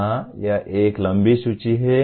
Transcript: हां यह एक लंबी सूची है